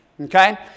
Okay